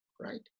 right